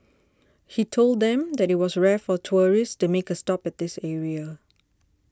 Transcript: he told them that it was rare for tourists to make a stop at this area